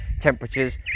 temperatures